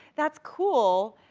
that's cool,